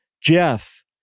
Jeff